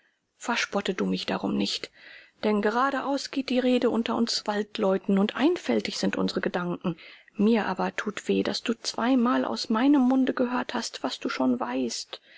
verspotte du mich darum nicht denn geradeaus geht die rede unter uns waldleuten und einfältig sind unsere gedanken mir aber tut weh daß du zweimal aus meinem munde gehört hast was du schon weißt